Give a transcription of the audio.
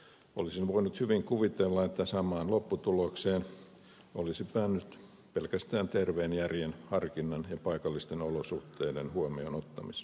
olisin voinut hyvin kuvitella että samaan lopputulokseen olisi päässyt pelkästään terveen järjen harkinnan ja paikallisten olosuhteiden huomioon ottamisessa